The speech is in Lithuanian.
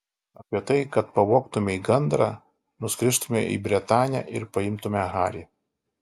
apie tai kad pavogtumei gandrą nuskristumei į bretanę ir paimtumei harį